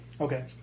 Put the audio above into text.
Okay